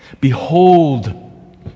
Behold